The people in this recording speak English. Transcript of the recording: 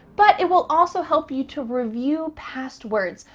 but it will also help you to review past words.